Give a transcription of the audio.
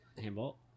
Handball